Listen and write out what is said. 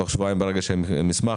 תוך שבועיים ברגע שיהיה מסמך,